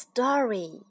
Story